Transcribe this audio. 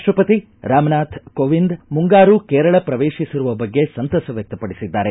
ರಾಷ್ಟಪತಿ ರಾಮನಾಥ್ ಕೋವಿಂದ್ ಮುಂಗಾರು ಕೇರಳ ಪ್ರವೇಶಿಸಿರುವ ಬಗ್ಗೆ ಸಂತಸ ವ್ಯಕ್ತಪಡಿಸಿದ್ದಾರೆ